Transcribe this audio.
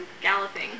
Galloping